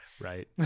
Right